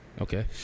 Okay